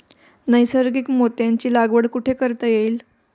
नैसर्गिक मोत्यांची लागवड कुठे करता येईल?